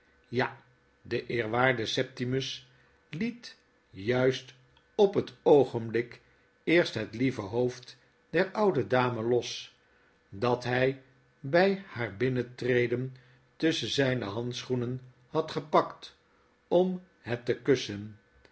ja de eerwaarde septimus liet juist op het oogenblik eerst het lieve hoofd der oude dame los dat hij bfl haar bjnnentreden tusschen zflne handschoenen had gepakt om het te kussen